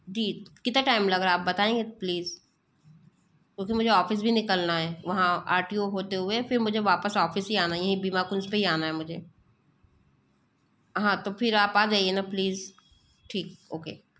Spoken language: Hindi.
जी कितना टाइम लग रहा है आप बताएंगे प्लीस क्योंकि मुझे ऑफिस भी निकलना है वहाँ आर टी ओ होते हुए फिर मुझे वापस ऑफिस ही आना है यही बीमा कुंज पर ही आना है मुझे हाँ तो फिर आप आ जाइए ना प्लीस ठीक ओके